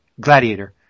gladiator